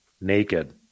naked